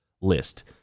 list